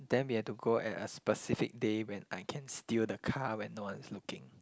then we have to go at a specific day when I can steal the car when no one is looking